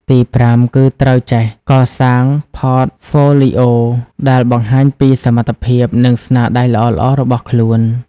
ទីប្រាំ គឺត្រូវចេះ កសាង Portfolio ដែលបង្ហាញពីសមត្ថភាព និងស្នាដៃល្អៗរបស់ខ្លួន។